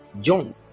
John